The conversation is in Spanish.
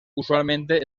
usualmente